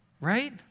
Right